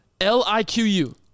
L-I-Q-U